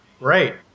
Right